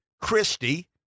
Christie